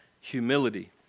humility